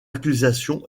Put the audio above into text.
accusation